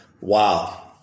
Wow